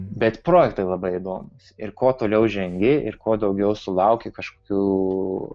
bet projektai labai įdomu ir kuo toliau žengi ir kuo daugiau sulauki kažkokių